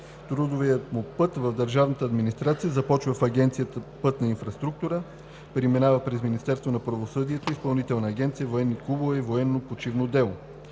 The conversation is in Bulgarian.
Трудовият му път в държавната администрация започва в Агенция „Пътна инфраструктура“, преминава през Министерство на правосъдието и Изпълнителна агенция „Военни клубове и военно почивно дело“.